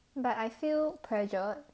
but I feel pressured